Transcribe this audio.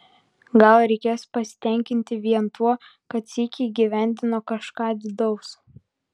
gal reikės pasitenkinti vien tuo kad sykį įgyvendino kažką didaus